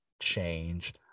change